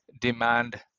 demand